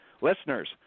listeners